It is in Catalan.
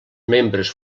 membres